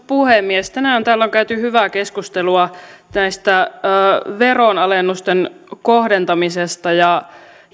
puhemies tänään täällä on käyty hyvää keskustelua veronalennusten kohdentamisesta ja